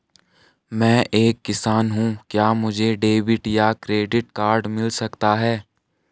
मैं एक किसान हूँ क्या मुझे डेबिट या क्रेडिट कार्ड मिल सकता है?